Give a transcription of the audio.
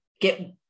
get